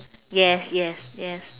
yes yes yes